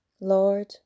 Lord